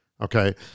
Okay